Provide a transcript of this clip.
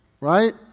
Right